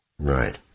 Right